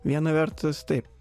viena vertus taip